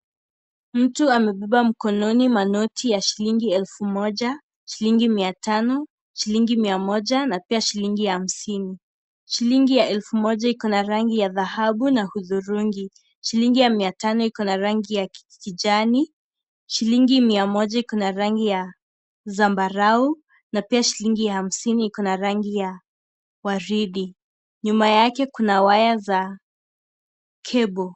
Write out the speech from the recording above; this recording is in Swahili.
Mtu amebeba mkononi manoti ya shilingi elfu moja, shilingi Mia tano, shilingi Mia moja na pia shilingi hamsini. Shilingi ya elfu moja iko na rangi ya dhahabu na hudhurungi, shilingi ya Mia tano iko na rangi ya kijani, shilingi Mia moja iko na rangi ya sambarau na pia shilingi hamsini iko na rangi ya waridi. Nyuma yake kuna waya za cable .